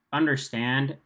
understand